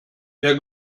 wer